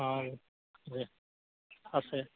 আছে